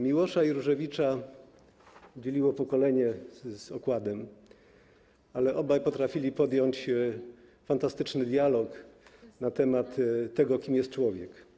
Miłosza i Różewicza dzieliło pokolenie z okładem, ale obaj potrafili podjąć fantastyczny dialog na temat tego, kim jest człowiek.